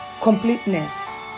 completeness